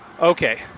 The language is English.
Okay